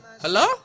Hello